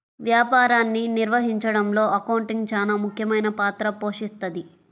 వ్యాపారాన్ని నిర్వహించడంలో అకౌంటింగ్ చానా ముఖ్యమైన పాత్ర పోషిస్తది